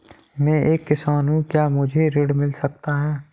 मैं एक किसान हूँ क्या मुझे ऋण मिल सकता है?